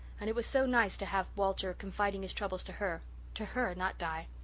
and it was so nice to have walter confiding his troubles to her to her, not di.